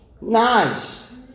Nice